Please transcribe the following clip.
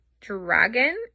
dragon